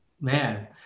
Man